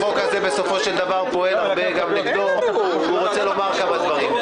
החוק הזה בסופו של דבר פועל הרבה נגדו והוא רוצה לומר כמה דברים.